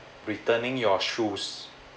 returning your shoes